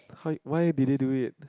how why did they do it